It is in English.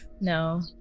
No